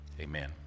amen